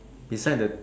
beside the